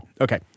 Okay